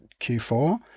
Q4